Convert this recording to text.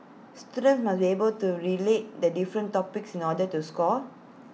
students must able to relate the different topics in order to score